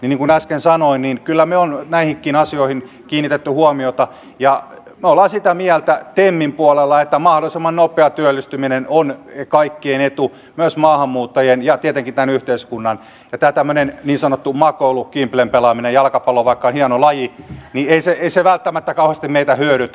niin kuin äsken sanoin kyllä me olemme näihinkin asioihin kiinnittäneet huomiota ja me olemme sitä mieltä temin puolella että mahdollisimman nopea työllistyminen on kaikkien etu myös maahanmuuttajien ja tietenkin tämän yhteiskunnan ja tämä tämmöinen niin sanottu makoilu kimblen pelaaminen jalkapallo vaikka on hieno laji ei välttämättä kauheasti meitä hyödytä